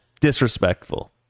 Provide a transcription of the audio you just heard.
disrespectful